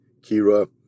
Kira